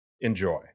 Enjoy